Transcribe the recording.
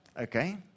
Okay